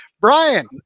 Brian